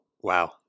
Wow